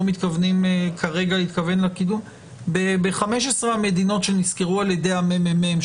מתכוונים כרגע ב-15 המדינות שנסקרו על-ידי הממ"מ,